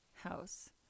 house